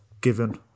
given